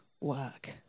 work